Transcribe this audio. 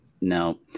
no